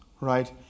right